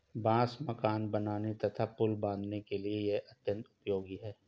बांस मकान बनाने तथा पुल बाँधने के लिए यह अत्यंत उपयोगी है